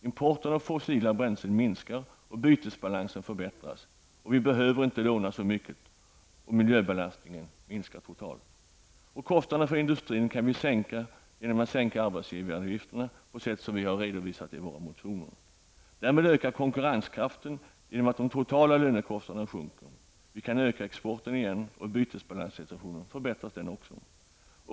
Importen av fossila bränslen minskar, och bytesbalansen förbättras. Vi behöver inte låna så mycket, och miljöbelastningen minskar totalt. Kostnaderna för industrin kan vi sänka genom att sänka arbetsgivaravgifterna på sätt som vi har redovisat i våra motioner. Därmed ökar konkurrenskraften genom att de totala lönekostnaderna sjunker. Vi kan öka exporten igen, och bytesbalanssituationen förbättras också.